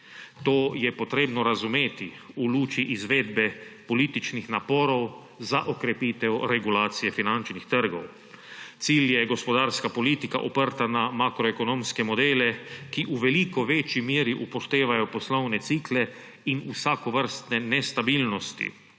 To je treba razumeti v luči izvedbe političnih naporov za okrepitev regulacije finančnih trgov. Cilj je gospodarska politika, oprta na makroekonomske modele, ki v veliko večji meri upoštevajo poslovne cikle in vsakovrstne nestabilnosti,